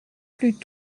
plus